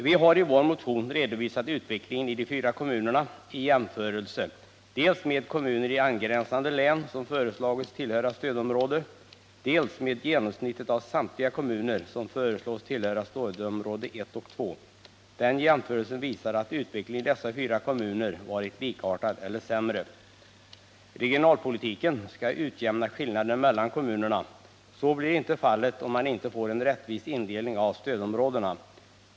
Vi har i vår motion redovisat utvecklingen i de fyra kommunerna i jämförelse dels med kommuner i angränsande län som föreslagits tillhöra stödområde, dels med genomsnittet av samtliga kommuner som föreslås tillhöra stödområde 1 och 2. Den jämförelsen visar att utvecklingen i dessa fyra kommuner varit likartad eller sämre. Regionalpolitiken skall utjämna skillnaderna mellan kommunerna. Så blir inte fallet, om man inte får en rättvis indelning av stödområdena.